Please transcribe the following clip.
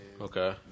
Okay